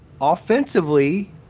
offensively